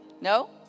No